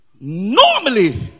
Normally